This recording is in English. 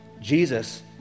Jesus